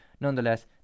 nonetheless